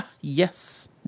Yes